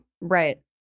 Right